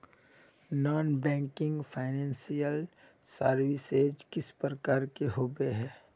Non banking financial services किस प्रकार के होबे है?